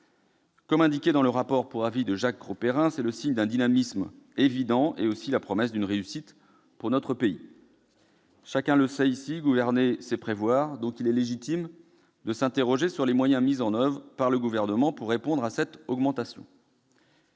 est indiqué dans le rapport pour avis de Jacques Grosperrin, c'est le signe d'un dynamisme évident et aussi la promesse d'une réussite pour notre pays. Chacun le sait ici, gouverner, c'est prévoir. Il est donc légitime de s'interroger sur les moyens mis en oeuvre par le Gouvernement pour répondre à cette augmentation.